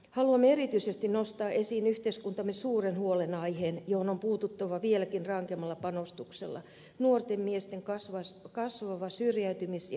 haluamme erityisesti nostaa esiin yhteiskuntamme suuren huolenaiheen johon on puututtava vieläkin rankemmalla panostuksella nuorten miesten kasvava syrjäytymis ja itsemurha alttius